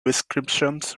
inscriptions